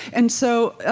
and so,